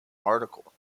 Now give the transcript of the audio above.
article